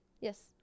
Yes